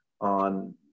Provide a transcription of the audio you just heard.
on